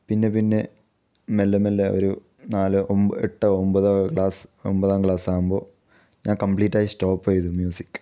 പിന്നെ പിന്നെ പിന്നെ ഒരു നാലോ ഒം എട്ടോ ഒമ്പതോ ക്ലാസ് ഒമ്പതാം ക്ലാസ് ആകുമ്പോൾ ഞാൻ കമ്പ്ലീറ്റ് ആയി സ്റ്റോപ്പ് ചെയ്തു മ്യൂസിക്